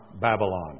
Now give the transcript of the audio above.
Babylon